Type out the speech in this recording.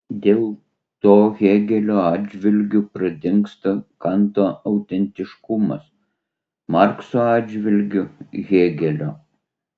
dėl to hėgelio atžvilgiu pradingsta kanto autentiškumas markso atžvilgiu hėgelio